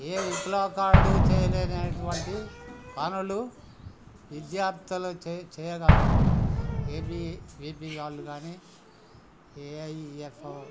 ఏ విప్లవకారుడు చేయలేనటువంటి పనులు విద్యార్థులు చేయగలరు ఏ బీ వీ పీ వాళ్ళు కానీ ఏ ఐ ఎఫ్ ఓ